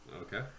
Okay